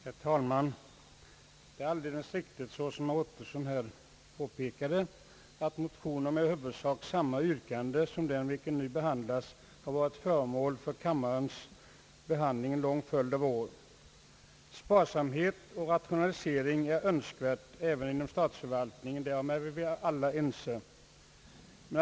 Herr talman! Det är alldeles riktigt som herr Ottosson här påpekade att motioner med i huvudsak samma yrkande som den motion som nu behandlas har varit före i denna kammare en lång följd av år. Sparsamhet och rationalisering är önskvärda även inom statsförvaltningen, därom är väl alla överens.